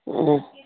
ہوں